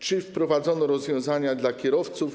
Czy wprowadzono rozwiązania dla kierowców?